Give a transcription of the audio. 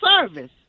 service